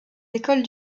écoles